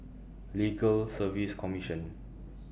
Legal Service Commission